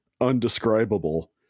undescribable